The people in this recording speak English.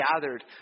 gathered